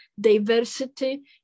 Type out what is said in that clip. diversity